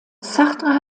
sartre